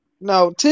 No